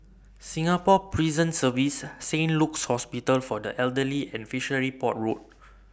Singapore Prison Service Saint Luke's Hospital For The Elderly and Fishery Port Road